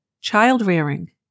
Child-rearing